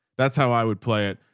that's how i would play it.